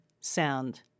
sound